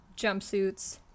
jumpsuits